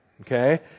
Okay